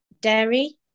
dairy